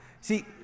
see